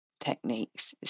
techniques